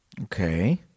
Okay